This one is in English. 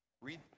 Read